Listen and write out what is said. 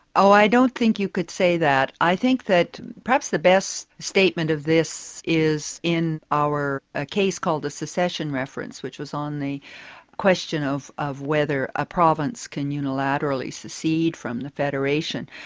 oh, i don't think you could say that. i think that perhaps the best statement of this is in our ah case case called the secession reference, which was on the question of of whether a province can unilaterally secede from the federation.